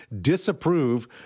disapprove